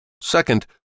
Second